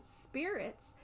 spirits